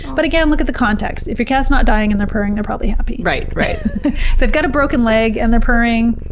but again, look at the context. if your cat's not dying and they're purring, they're probably happy. if they've got a broken leg and they're purring,